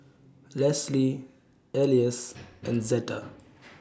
Lesly Elias and Zeta